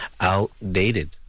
outdated